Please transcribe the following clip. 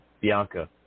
Bianca